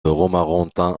romorantin